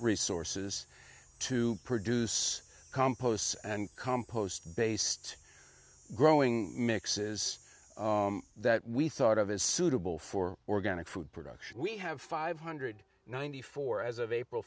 resources to produce composts and compost based growing mixes that we thought of as suitable for organic food production we have five hundred ninety four as of april